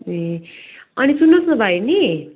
ए अनि सुन्नुहोस् न भाइ नि